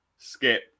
Skip